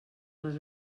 les